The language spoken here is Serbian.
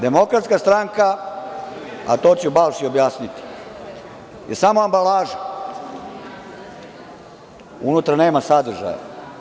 Demokratska stranka, a to ću Balši objasniti, je samo ambalaža, unutra nema sadržaja.